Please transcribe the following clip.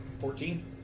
Fourteen